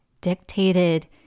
dictated